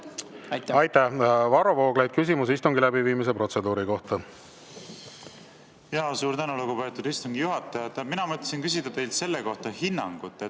Aitäh! Varro Vooglaid, küsimus istungi läbiviimise protseduuri kohta. Suur tänu, lugupeetud istungi juhataja! Mina mõtlesin küsida teilt hinnangut